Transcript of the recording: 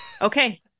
Okay